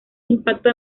impacto